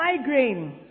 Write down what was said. migraine